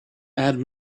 add